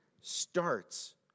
starts